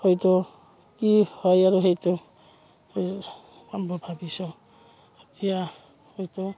হয়তো কি হয় আৰু সেইটো ভাবিছোঁ এতিয়া হয়তো